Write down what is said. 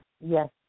Yes